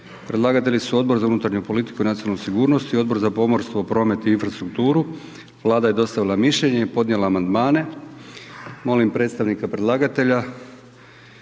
Predlagatelji: Odbor za unutarnju politiku i nacionalnu sigurnost i Odbor za pomorstvo, promet i infrastrukturu Vlada je dostavila mišljenje i podnijela amandmane. Molim predstavnika predlagatelja